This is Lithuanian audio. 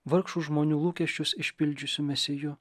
vargšų žmonių lūkesčius išpildžiusiu mesiju